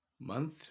month